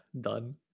done